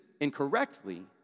incorrectly